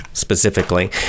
Specifically